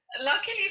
luckily